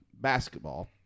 basketball